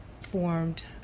formed